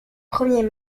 premier